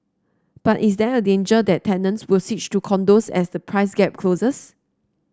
but is there a danger that tenants will switch to condos as the price gap closes